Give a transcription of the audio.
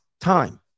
time